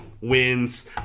wins